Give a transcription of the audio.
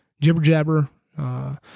jibber-jabber